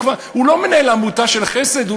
הוא לא מנהל עמותת חסד,